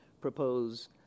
propose